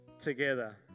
Together